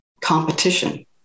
competition